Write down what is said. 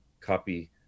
copy